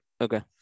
okay